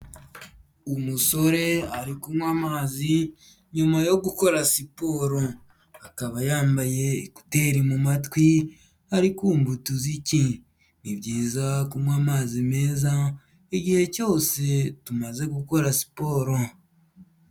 Umusore ari kunywa amazi, nyuma yo gukora siporo, akaba yambaye kuteri mu matwi ari kumva utuziki, ni byiza kunywa amazi meza igihe cyose tumaze gukora siporo.